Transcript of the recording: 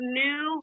new